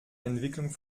entwicklung